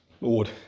Lord